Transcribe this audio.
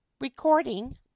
Recording